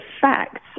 facts